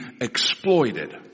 exploited